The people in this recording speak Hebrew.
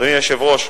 אדוני היושב-ראש,